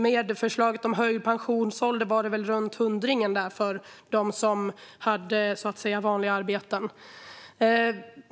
Med förslaget om höjd pensionsålder var det väl runt hundringen för dem som hade vanliga arbeten.